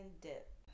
dip